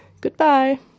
Goodbye